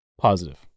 positive